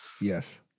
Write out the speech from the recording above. yes